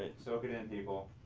soak it in people.